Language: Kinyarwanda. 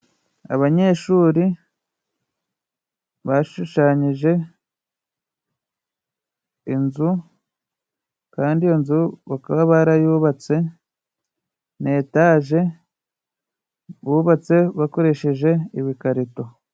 Abanyeshuri bashushanyije inzu kandi iyo inzu bakaba barayubatse, ni etaje bubatse bakoresheje ibikarito.